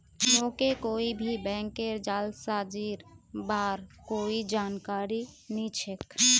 मोके कोई भी बैंकेर जालसाजीर बार कोई जानकारी नइ छेक